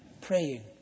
Praying